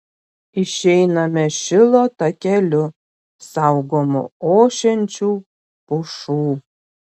išeiname šilo takeliu saugomu ošiančių pušų